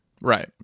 right